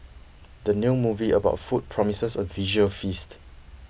the new movie about food promises a visual feast